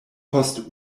post